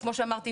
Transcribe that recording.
כמו שאמרתי,